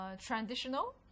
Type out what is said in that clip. Traditional